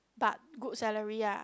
but good salary ah